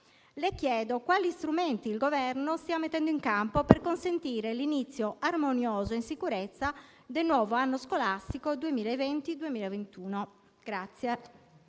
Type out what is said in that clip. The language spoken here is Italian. le chiedo quali strumenti il Governo stia mettendo in campo per consentire l'inizio armonioso e in sicurezza del nuovo anno scolastico 2020-2021.